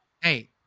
hey